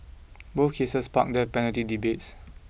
both cases sparked death penalty debates